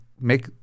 Make